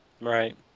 Right